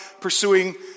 pursuing